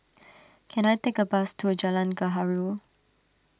can I take a bus to a Jalan Gaharu